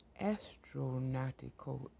Astronautical